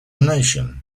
nation